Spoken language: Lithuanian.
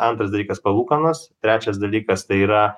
antras dalykas palūkanos trečias dalykas tai yra